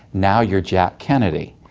now you're jack kennedy.